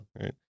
right